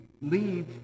leave